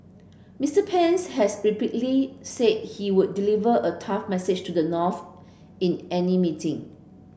Mister Pence has repeatedly said he would deliver a tough message to the North in any meeting